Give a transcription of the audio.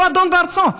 הוא אדון בארצו.